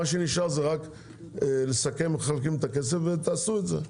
מה שנשאר זה רק איך מחלקים את הכסף ותעשו את זה.